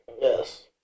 Yes